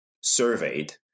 surveyed